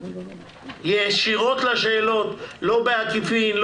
לא בעקיפין,